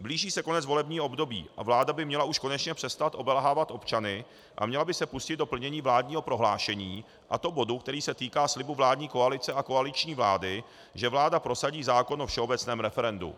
Blíží se konec volebního období a vláda by měla už konečně přestat obelhávat občany a měla by se pustit do plnění vládního prohlášení, a to bodu, který se týká slibu vládní koalice a koaliční vlády, že vláda prosadí zákon o všeobecném referendu.